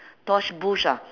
tosh burch ah